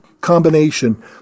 combination